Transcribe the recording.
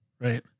Right